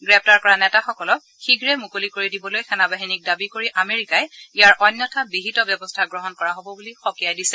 গ্ৰেপ্তাৰ কৰা নেতাসকলক শীঘ্ৰে মুকলি কৰি দিবলৈ সেনা বাহিনীক দাবী কৰি আমেৰিকাই ইয়াৰ অন্যথা বিহিত ব্যৱস্থা গ্ৰহণ কৰা হ'ব বুলি সকিয়াই দিছে